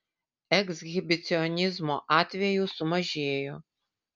ekshibicionizmo atvejų sumažėjo